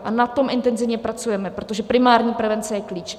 A na tom intenzivně pracujeme, protože primární prevence je klíč.